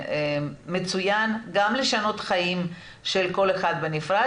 מצוין גם לשנות חיים של כל אחד בנפרד